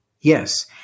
Yes